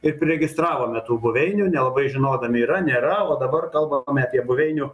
ir priregistravome tų buveinių nelabai žinodami yra nėra o dabar kalbame apie buveinių